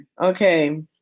okay